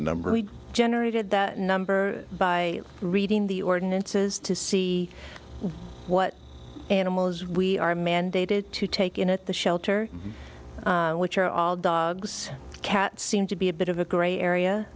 number we generated that number by reading the ordinances to see what animals we are mandated to take in at the shelter which are all dogs cats seem to be a bit of a gray area